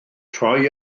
troi